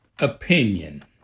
opinion